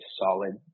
solid